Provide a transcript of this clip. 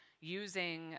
using